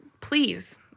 please